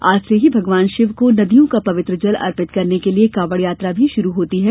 आज से ही भगवान शिव को नदियों का पवित्र जल अर्पित करने के लिए कावड़ यात्रा भी शुरू होती है